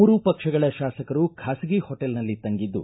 ಮೂರು ಪಕ್ಷಗಳ ಶಾಸಕರು ಬಾಸಗಿ ಹೊಟೇಲ್ನಲ್ಲಿ ತಂಗಿದ್ದು